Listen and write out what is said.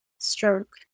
stroke